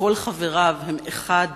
וגם כל חבריו הם יחידים,